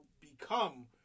become